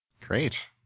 Great